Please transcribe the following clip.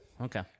Okay